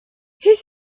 his